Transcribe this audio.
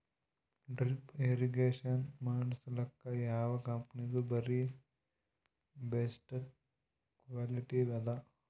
Drip irrigation ಮಾಡಸಲಕ್ಕ ಯಾವ ಕಂಪನಿದು ಬಾರಿ ಬೆಸ್ಟ್ ಕ್ವಾಲಿಟಿ ಅದ?